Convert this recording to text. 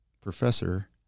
professor